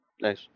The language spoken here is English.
Nice